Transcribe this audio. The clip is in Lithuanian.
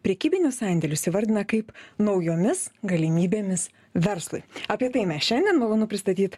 prekybinius sandėrius įvardina kaip naujomis galimybėmis verslui apie tai mes šiandien malonu pristatyt